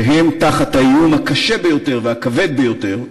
שהם תחת האיום הקשה ביותר והכבד ביותר,